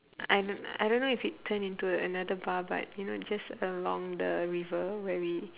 I don't I don't know if it turned into another bar but you know just along the river where we